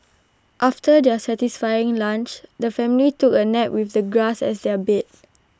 after their satisfying lunch the family took A nap with the grass as their bed